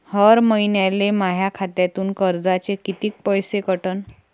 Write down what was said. हर महिन्याले माह्या खात्यातून कर्जाचे कितीक पैसे कटन?